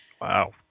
Wow